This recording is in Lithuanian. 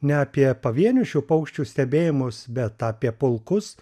ne apie pavienius šių paukščių stebėjimus bet apie pulkus